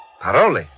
Parole